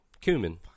cumin